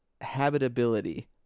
habitability